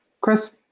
Chris